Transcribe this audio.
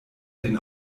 den